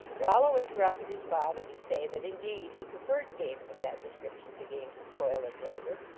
rollo interrupted his father to say that in deed he preferred games of that description to games of toil and labor,